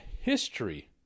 history